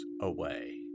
away